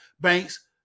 Banks